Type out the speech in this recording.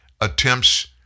attempts